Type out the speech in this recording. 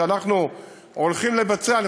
שאנחנו הולכים לבצע.